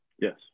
Yes